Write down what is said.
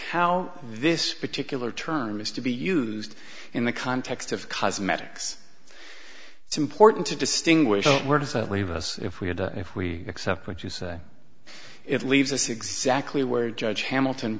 how this particular term is to be used in the context of cosmetics it's important to distinguish where does that leave us if we had if we accept what you say it leaves us exactly where judge hamilton